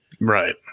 Right